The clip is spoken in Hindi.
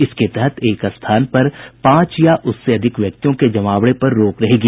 इसके तहत एक स्थान पर पांच या उससे अधिक व्यक्तियों के जमावड़े पर रोक रहेगी